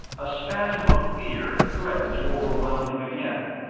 a spasm of fear threatened to overwhelm him again,